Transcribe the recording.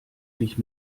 dich